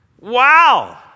Wow